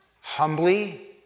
humbly